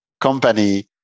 company